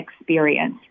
experience